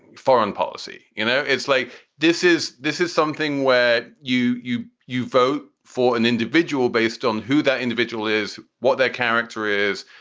foreign policy. and you know it's like this is this is something where you you you vote for an individual based on who that individual is, what their character is,